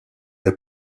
est